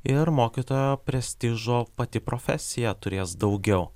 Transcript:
ir mokytojo prestižo pati profesija turės daugiau